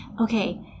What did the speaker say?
okay